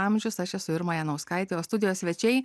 amžius aš esu irma janauskaitė o studijos svečiai